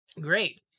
great